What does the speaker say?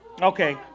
Okay